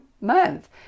month